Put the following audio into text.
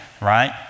right